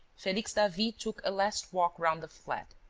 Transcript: felix davey took a last walk round the flat,